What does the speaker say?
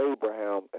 Abraham